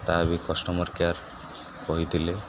ତାହା ବି customer care କହିଥିଲେ